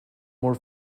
more